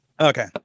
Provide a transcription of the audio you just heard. Okay